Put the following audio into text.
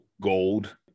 gold